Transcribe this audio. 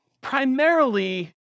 primarily